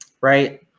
right